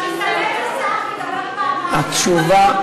שיתאמץ השר וידבר פעמיים.